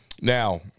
Now